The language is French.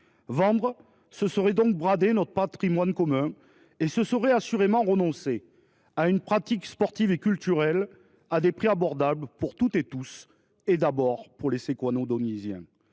Vendre, ce serait donc brader notre patrimoine commun et assurément renoncer à une pratique sportive et culturelle à prix abordables pour toutes et tous, et d’abord pour les Séquano Dyonisiens.